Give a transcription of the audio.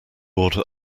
order